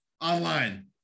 online